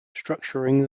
structuring